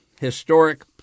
historic